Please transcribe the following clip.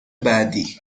بعدی